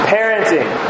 Parenting